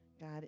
God